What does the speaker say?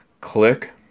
click